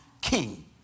king